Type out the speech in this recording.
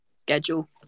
schedule